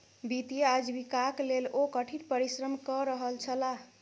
वित्तीय आजीविकाक लेल ओ कठिन परिश्रम कय रहल छलाह